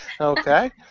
okay